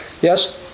Yes